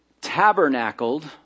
tabernacled